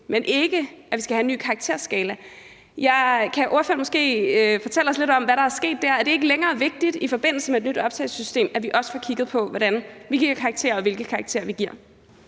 men ikke, at vi skal have en ny karakterskala. Kan ordføreren måske fortælle os lidt om, hvad der er sket der? Er det ikke længere vigtigt i forbindelse med et nyt optagelsessystem, at vi også får kigget på, hvordan vi giver